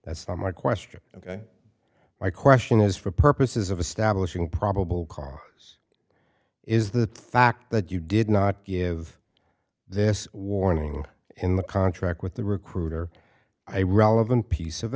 that's not my question ok my question is for purposes of establishing probable cause is the fact that you did not give this warning in the contract with the recruiter i relevant piece of